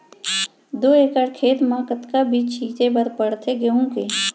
दो एकड़ खेत म कतना बीज छिंचे बर पड़थे गेहूँ के?